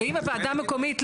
חדשנית וממוקדת.